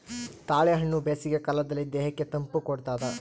ತಾಳೆಹಣ್ಣು ಬೇಸಿಗೆ ಕಾಲದಲ್ಲಿ ದೇಹಕ್ಕೆ ತಂಪು ಕೊಡ್ತಾದ